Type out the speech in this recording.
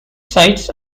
sites